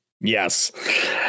Yes